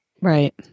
Right